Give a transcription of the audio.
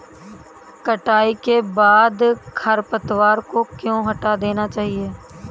कटाई के बाद खरपतवार को क्यो हटा देना चाहिए?